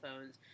phones